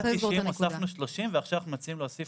הוספנו 30 ועכשיו אנחנו מציעים להוסיף